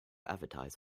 advertise